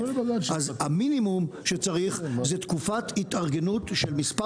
אז המינימום שצריך זו תקופת התארגנות של מספר